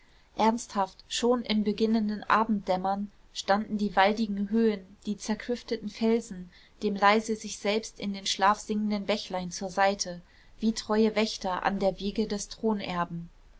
ernsthaft schon im beginnenden abenddämmern standen die waldigen höhen die zerklüfteten felsen dem leise sich selbst in den schlaf singenden bächlein zur seite wie treue wächter an der wiege des